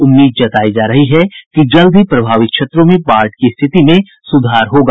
उम्मीद जतायी जा रही है कि जल्द ही प्रभावित क्षेत्रों में बाढ़ की स्थिति में सुधार होगा